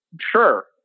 Sure